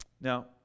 Now